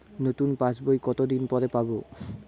নতুন পাশ বই কত দিন পরে পাবো?